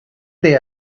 they